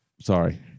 sorry